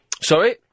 Sorry